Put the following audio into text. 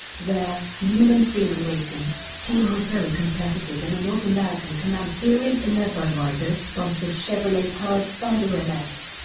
their newman freeman racing team was very competitive in the north american can-am series in their budweiser sponsored chevrolet-powered spyder nfs.